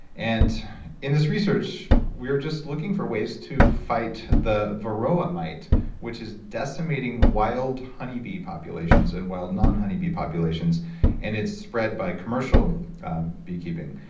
and in this research, we're just looking for ways to fight the varroa mite which is decimating wild honeybee populations in wild non-honeybee populations and it's spread by commercial beekeeping.